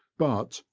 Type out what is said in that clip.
but,